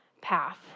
path